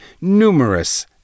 numerous